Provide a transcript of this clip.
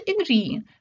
agree